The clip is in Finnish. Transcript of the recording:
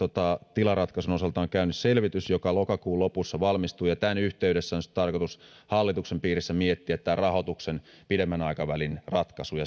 tilaratkaisun osalta on käynnissä selvitys joka lokakuun lopussa valmistuu ja tämän yhteydessä on sitten tarkoitus hallituksen piirissä miettiä rahoituksen pidemmän aikavälin ratkaisu